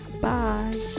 Bye